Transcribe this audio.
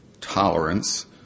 tolerance